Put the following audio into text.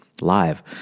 live